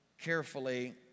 carefully